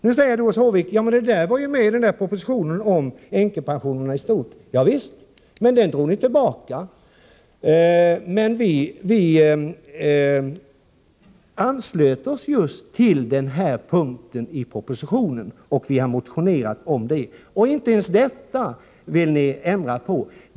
Nu säger Doris Håvik: Det var med i propositionen om änkepensionerna i stort. Ja visst, men den drog ni tillbaka. Vi anslöt oss just på den här punkten till propositionen, och vi har också motionerat om det. Men inte ens detta vill ni ändra på.